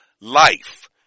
life